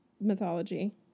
mythology